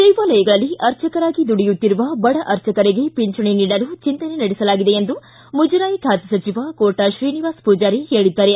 ದೇವಾಲಯಗಳಲ್ಲಿ ಅರ್ಚಕರಾಗಿ ದುಡಿಯುತ್ತಿರುವ ಬಡ ಅರ್ಚಕರಿಗೆ ಪಿಂಚಣಿ ನೀಡಲು ಚಿಂತನೆ ನಡೆಸಲಾಗಿದೆ ಎಂದು ಮುಜರಾಯಿ ಖಾತೆ ಸಚಿವ ಕೋಟಾ ಶ್ರೀನಿವಾಸ ಪೂಜಾರಿ ಹೇಳಿದ್ದಾರೆ